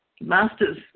Masters